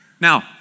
Now